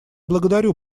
благодарю